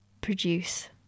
produce